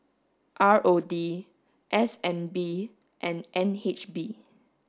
R O D S N B and N H B